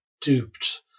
duped